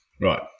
right